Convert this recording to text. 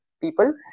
people